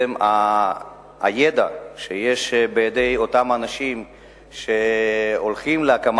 הידע שיש בידי אותם אנשים שהולכים להקים